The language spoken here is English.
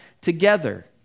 together